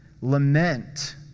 Lament